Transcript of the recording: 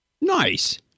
Nice